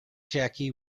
jackie